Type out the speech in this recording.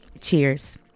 Cheers